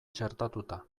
txertatuta